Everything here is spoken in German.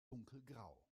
dunkelgrau